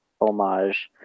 homage